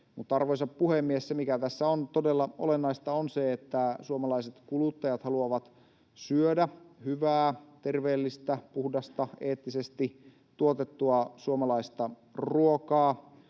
Arvoisa puhemies! Se, mikä tässä on todella olennaista, on se, että suomalaiset kuluttajat haluavat syödä hyvää, terveellistä, puhdasta, eettisesti tuotettua suomalaista ruokaa.